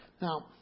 Now